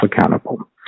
accountable